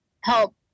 help